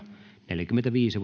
neljäkymmentäviisi